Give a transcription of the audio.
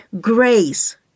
grace